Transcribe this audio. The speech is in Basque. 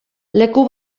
leku